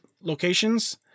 locations